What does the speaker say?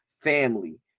family